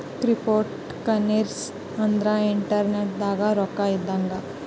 cryptocurrency ಅಂದ್ರ internet ದಾಗ ರೊಕ್ಕ ಇದ್ದಂಗ